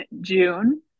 June